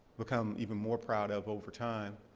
become even more proud of over time,